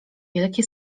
wielkie